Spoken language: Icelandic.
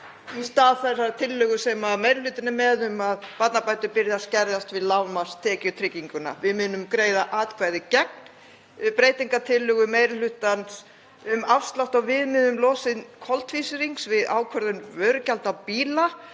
í stað þeirrar tillögu sem meiri hlutinn er með um að barnabætur byrji að skerðast við lágmarkstekjutrygginguna. Við munum greiða atkvæði gegn breytingartillögu meiri hlutans um afslátt á viðmiðum um losun koltvísýrings við ákvörðun vörugjalda á bíla,